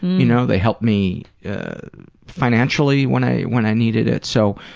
you know, they helped me financially when i when i needed it. so